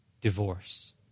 divorce